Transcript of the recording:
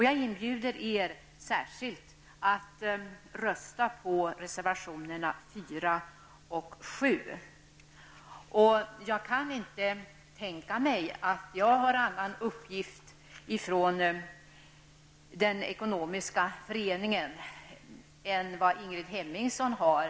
Jag inbjuder er särskilt att rösta på reservationerna 4 och 5. Jag kan inte tänka mig att jag har en annan uppgift från den ekonomiska föreningen än vad Ingrid Hemmingsson har.